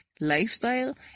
lifestyle